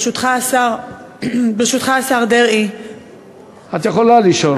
השר דרעי, ברשותך, את יכולה לשאול.